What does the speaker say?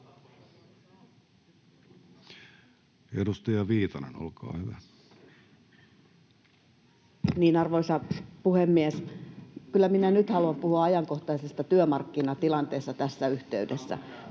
11:38 Content: Arvoisa puhemies! Kyllä minä nyt haluan puhua ajankohtaisesta työmarkkinatilanteessa tässä yhteydessä.